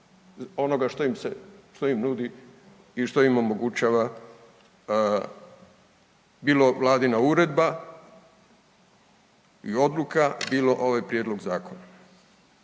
se, što im nudi i što im omogućava, bilo Vladina uredba i odluka, bilo ovaj Prijedlog zakona.